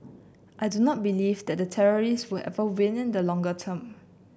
I do not believe that the terrorist will ever win in the longer term